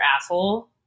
asshole